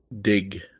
Dig